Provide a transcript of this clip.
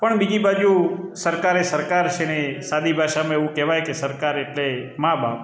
પણ બીજી બાજુ સરકારે સરકારશ્રીને સાદી ભાષામાં એવું કહેવાય કે સરકાર એટલે માં બાપ